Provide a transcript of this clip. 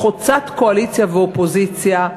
חוצת קואליציה ואופוזיציה,